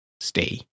stay